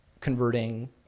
converting